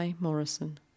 Morrison